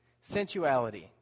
sensuality